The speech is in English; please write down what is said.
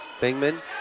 Bingman